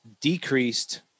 decreased